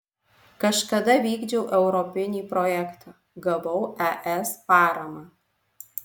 kažkada vykdžiau europinį projektą gavau es paramą